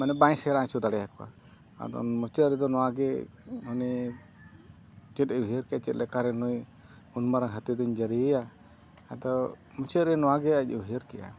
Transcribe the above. ᱢᱟᱱᱮ ᱵᱟᱭ ᱥᱮᱬᱟ ᱦᱚᱪᱚ ᱫᱟᱲᱮ ᱟᱠᱚᱣᱟ ᱟᱫᱚ ᱢᱩᱪᱟᱹᱫ ᱨᱮᱫᱚ ᱚᱱᱟᱜᱮ ᱩᱱᱤ ᱪᱮᱫ ᱮ ᱩᱭᱦᱟᱹᱨ ᱠᱮᱫᱼᱟ ᱪᱮᱫ ᱞᱮᱠᱟᱨᱮ ᱱᱩᱭ ᱩᱱ ᱢᱟᱨᱟᱝ ᱦᱟᱹᱛᱤ ᱫᱚᱧ ᱡᱟᱹᱨᱤᱭᱮᱭᱟ ᱟᱫᱚ ᱢᱩᱪᱟᱹᱫ ᱨᱮ ᱱᱚᱣᱟᱜᱮ ᱟᱡᱼᱮ ᱩᱭᱦᱟᱹᱨ ᱠᱮᱜᱼᱟ